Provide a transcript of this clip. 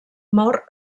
mor